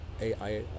AI